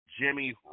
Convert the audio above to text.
Jimmy